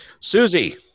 Susie